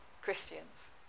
Christians